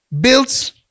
built